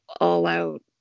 all-out